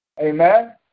Amen